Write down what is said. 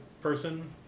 person